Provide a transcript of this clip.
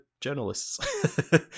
journalists